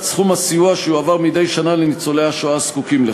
סכום הסיוע שיועבר מדי שנה לניצולי השואה הזקוקים לכך.